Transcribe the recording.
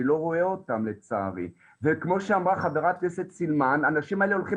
אני לא רואה אותם לצערי וכמו שאמרה חברת הכנסת סילמן הנשים האלה הולכות